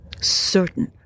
certain